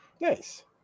Nice